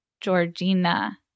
Georgina